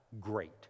Great